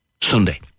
Sunday